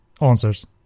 answers